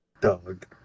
dog